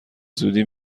زودی